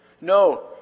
No